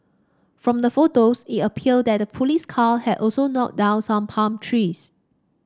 from the photos it appeared that the police car had also knocked down some palm trees